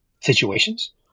situations